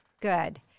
Good